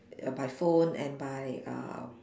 uh by phone and by uh